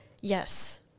Yes